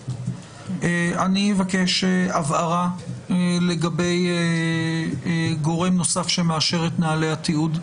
אני אבקש הבהרה לגבי גורם נוסף שמאשר את נהלי התיעוד.